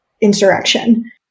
insurrection